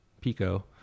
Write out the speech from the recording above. Pico